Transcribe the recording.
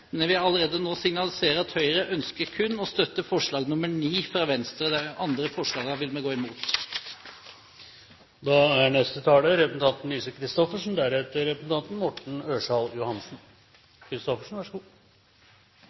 men jeg vil allerede nå signalisere at Høyre kun ønsker å støtte forslag nr. 9, fra Venstre. De andre forslagene vil vi gå imot.